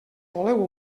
voleu